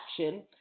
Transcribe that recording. action